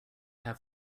have